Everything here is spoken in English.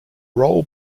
role